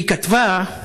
היא כתבה: